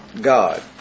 God